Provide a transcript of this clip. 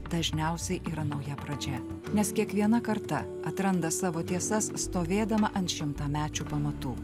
dažniausiai yra nauja pradžia nes kiekviena karta atranda savo tiesas stovėdama ant šimtamečių pamatų